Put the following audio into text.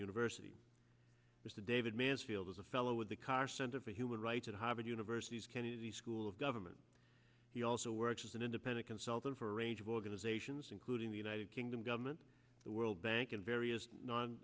university mr david mansfield is a fellow with the car center for human rights at harvard university's kennedy school of government he also works as an independent consultant for a range of organizations including the united kingdom government the world bank and various non